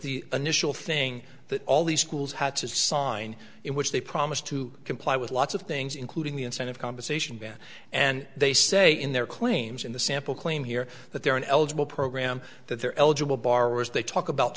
the initial thing that all the schools had to sign in which they promised to comply with lots of things including the incentive compensation ban and they say in their claims in the sample claim here that they're an eligible program that they're eligible borrowers they talk about